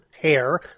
hair